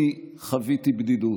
אני חוויתי בדידות.